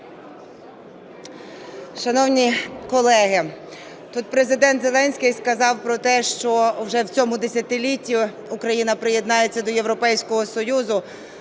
Шановні колеги! Тут Президент Зеленський сказав про те, що вже в цьому десятилітті Україна приєднається до Європейського Союзу.